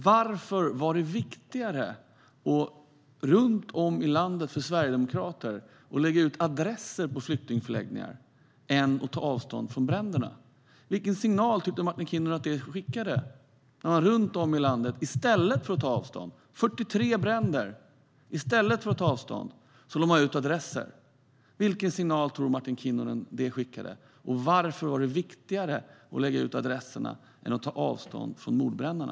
Varför var det viktigare för sverigedemokrater att runt om i landet lägga ut adresser till flyktingförläggningar än att ta avstånd från bränderna? Vilken signal tycker Martin Kinnunen att det skickade, när man runt om i landet i stället för att ta avstånd - det var 43 bränder - lade ut adresser? Vilken signal tror Martin Kinnunen att det skickade? Varför var det viktigare att lägga ut adresserna än att ta avstånd från mordbränderna?